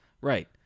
right